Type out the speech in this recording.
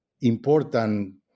important